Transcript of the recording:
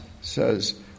says